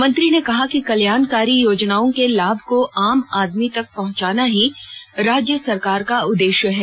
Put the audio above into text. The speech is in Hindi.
मंत्री ने कहा कि कल्याणकारी योजनाओं के लाभ को आम आदमी तक पहँचाना ही राज्य सरकार का उद्देश्य है